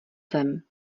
zem